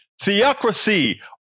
theocracy